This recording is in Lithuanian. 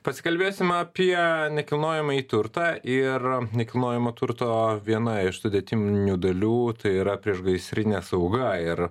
pasikalbėsime apie nekilnojamąjį turtą ir nekilnojamo turto viena iš sudėtinmių dalių tai yra priešgaisrinė sauga ir